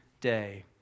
day